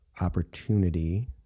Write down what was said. opportunity